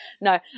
No